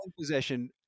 possession